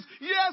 Yes